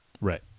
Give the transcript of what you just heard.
Right